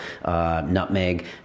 Nutmeg